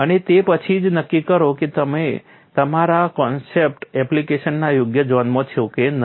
અને તે પછી જ નક્કી કરો કે તમે તમારા કન્સેપ્ટ્સ એપ્લિકેશનના યોગ્ય ઝોનમાં છો કે નહીં